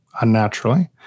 unnaturally